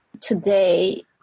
today